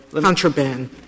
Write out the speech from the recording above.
contraband